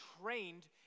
trained